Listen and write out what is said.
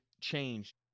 change